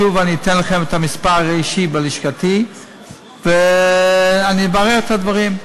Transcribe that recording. שוב אני אתן לכם את המספר האישי בלשכתי ואני אברר את הדברים.